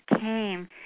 came